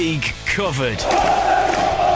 covered